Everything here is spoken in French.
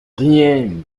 adrien